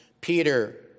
Peter